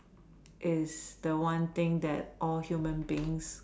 is the one thing that all human beings